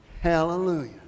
Hallelujah